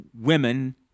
women